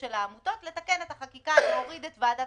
מה נכון שאני אעשה ואיך אני